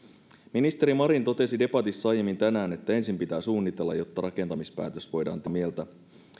ministeri marin totesi debatissa aiemmin tänään että ensin pitää suunnitella jotta rakentamispäätös voidaan tehdä olen hänen kanssaan täysin samaa mieltä